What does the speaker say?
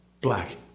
black